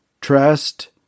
Trust